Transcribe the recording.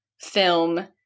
film